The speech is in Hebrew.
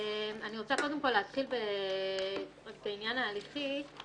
אני רוצה קודם כול להתחיל בעניין ההליכי.